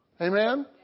Amen